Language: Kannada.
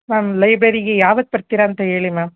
ಮ್ಯಾಮ್ ಲೈಬ್ರರಿಗೆ ಯಾವತ್ತು ಬರ್ತೀರ ಅಂತ ಹೇಳಿ ಮ್ಯಾಮ್